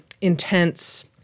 intense